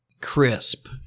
crisp